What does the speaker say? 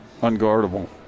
unguardable